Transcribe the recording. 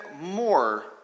more